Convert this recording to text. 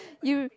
you